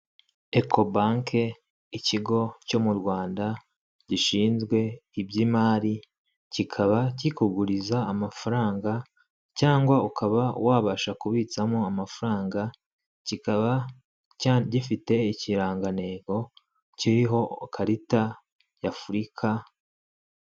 Eko banki, ikigo cyo mu Rwanda gishinzwe iby'imari, kikaba kikuguriza amafaranga cyangwa ukaba wabasha kubitsamo amafaranga, kikaba gifite ikirangantego kiriho ikarita ya Afurika